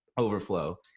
overflow